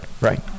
Right